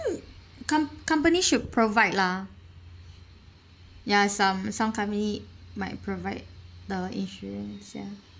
com~ company should provide lah ya some some company might provide the insurance ya